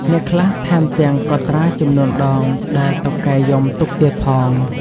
អ្នកខ្លះថែមទាំងកត់ត្រាចំនួនដងដែលតុកែយំទុកទៀតផង។